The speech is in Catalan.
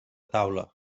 taula